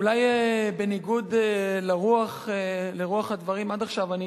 אולי בניגוד לרוח הדברים עד עכשיו, אני